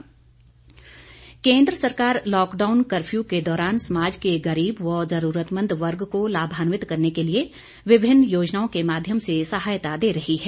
गरीब कल्याण योजना केंद्र सरकार लॉकडाउन कफ्र्यू के दौरान समाज के गरीब व जरूरतमंद वर्ग को लाभान्वित करने के लिए विभिन्न योजनाओं के माध्यम से सहायता दे रही है